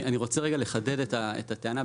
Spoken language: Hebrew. אני רוצה לחדד את הטענה,